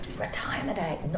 retirement